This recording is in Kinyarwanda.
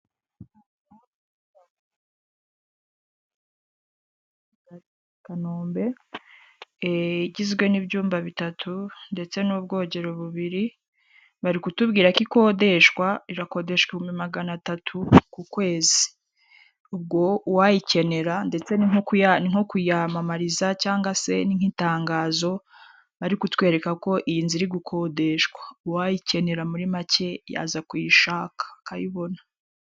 Kanombe igizwe n'ibyumba bitatu ndetse n'ubwogero bubiri, bari kutubwira ko ikodeshwa igakodeshwa ibihumbi magana atatu ku kwezi. Ubwo uwayikenera ndetse ni nko kuyamamariza cyangwa se ni nk'itangazo ari kutwereka ko iyi nzura iri gukodeshwa. Uwayikenera muri make yaza kuyishaka akayibona.